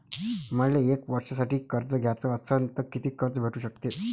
मले एक वर्षासाठी कर्ज घ्याचं असनं त कितीक कर्ज भेटू शकते?